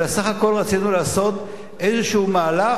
אלא בסך הכול רצינו לעשות איזה מהלך,